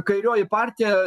kairioji partija